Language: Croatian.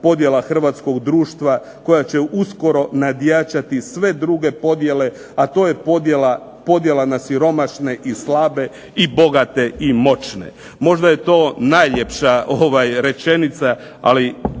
hrvatskog društva koja će uskoro nadjačati sve druge podjele, a to je podjela na siromašne i slabe i bogate i moćne. Možda je to najljepša rečenica ali